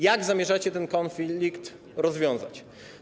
Jak zamierzacie ten konflikt rozwiązać?